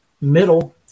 middle